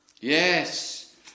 yes